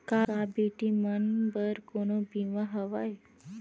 का बेटी मन बर कोनो बीमा हवय?